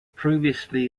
previously